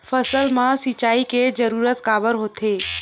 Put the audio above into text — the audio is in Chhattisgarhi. फसल मा सिंचाई के जरूरत काबर होथे?